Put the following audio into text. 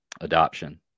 adoption